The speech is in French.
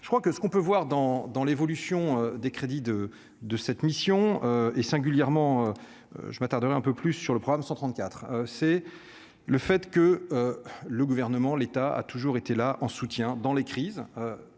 je crois que ce qu'on peut voir dans dans l'évolution des crédits de de cette mission, et singulièrement je m'attarde un peu plus sur le problème 134 c'est le fait que le gouvernement, l'État a toujours été là en soutien dans les crises,